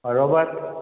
बरोबरु